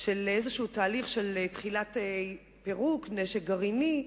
של תהליך של תחילת פירוק נשק גרעיני,